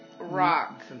rock